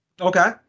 Okay